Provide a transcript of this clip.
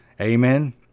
Amen